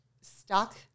stuck